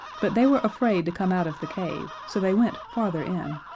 but they were afraid to come out of the cave, so they went farther in,